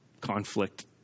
conflict